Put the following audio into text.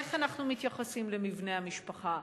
איך אנחנו מתייחסים למבנה המשפחה,